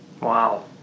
Wow